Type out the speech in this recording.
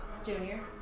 Junior